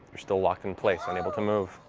you're still locked in place, unable to move. but